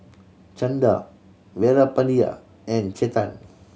Chanda Veerapandiya and Chetan